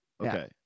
Okay